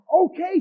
Okay